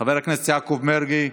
חבר הכנסת יעקב מרגי,